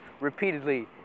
repeatedly